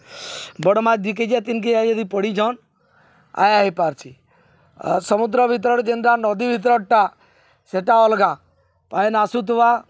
ବଡ଼୍ ମାଚ୍ ଦୁଇ କେଜିଆ ତିନ୍ କେଜିଆ ଯଦି ପଡ଼ିିଛନ୍ ଆଏ ହେଇପାର୍ସି ସମୁଦ୍ର ଭିତର୍ରେ ଯେନ୍ତା ନଦୀ ଭିତର୍ରଟା ସେଟା ଅଲ୍ଗା ପାଏନ୍ ଆସୁଥିବା